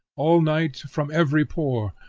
all night, from every pore,